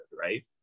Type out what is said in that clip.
right